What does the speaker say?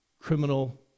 criminal